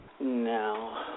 No